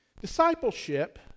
Discipleship